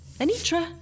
Anitra